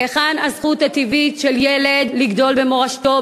היכן הזכות הטבעית של ילד לגדול במורשתו,